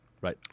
right